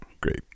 great